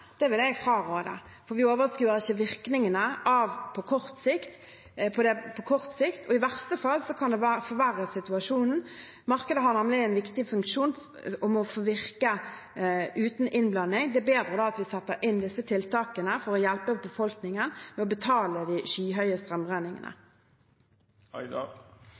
Det vil jeg fraråde, for vi overskuer ikke virkningene av det på kort sikt, og i verste fall kan det forverre situasjonen. Markedet har en viktig funksjon og må få virke uten innblanding. Det er bedre da at vi setter inn disse tiltakene for å hjelpe befolkningen med å betale de skyhøye